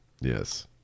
Yes